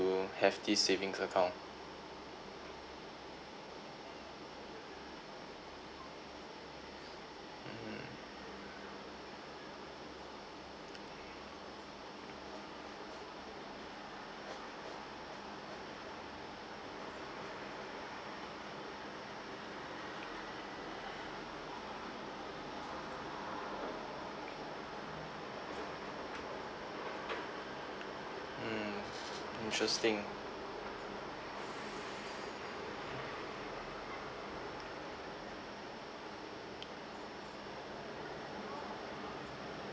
have this savings account mm mm interesting